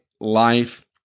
life